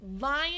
Lion